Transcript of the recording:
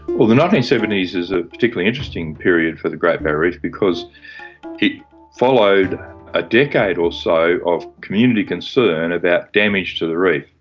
well, the nineteen seventy s is a particularly interesting period for the great barrier reef because it followed a decade or so of community concern about damage to the reef.